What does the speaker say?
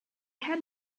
had